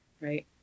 right